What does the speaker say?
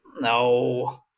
No